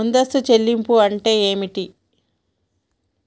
ముందస్తు చెల్లింపులు అంటే ఏమిటి?